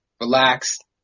relaxed